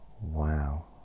Wow